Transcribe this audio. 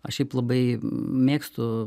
aš šiaip labai mėgstu